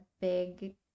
big